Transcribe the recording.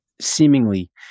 seemingly